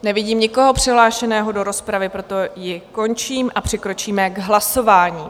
Nevidím nikoho přihlášeného do rozpravy, proto ji končím a přikročíme k hlasování.